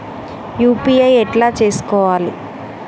UPI ఎట్లా చేసుకోవాలి?